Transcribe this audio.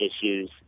issues